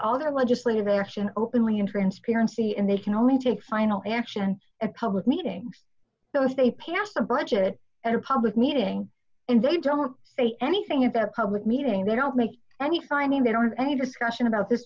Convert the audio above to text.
all their legislative action openly in transparency and they can only take final action at public meetings so if they pass a budget at a public meeting and they don't say anything about a public meeting they don't make any finding they don't have any discussion about this